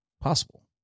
possible